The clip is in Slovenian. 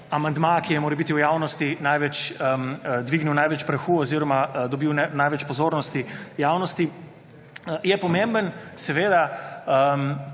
amandma, ki je morebiti v javnosti dvignil največ prahu oziroma dobil največ pozornosti javnosti. Je pomemben, seveda,